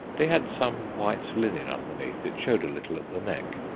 they had some white linen underneath it showed a little at the neck.